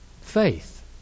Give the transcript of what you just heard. faith